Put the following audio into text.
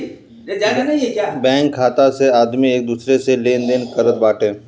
bank खाता से आदमी एक दूसरा से लेनदेन करत बाटे